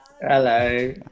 Hello